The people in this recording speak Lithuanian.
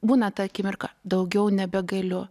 būna ta akimirka daugiau nebegaliu